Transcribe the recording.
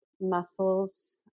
muscles